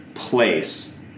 Place